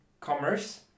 commerce